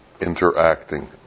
interacting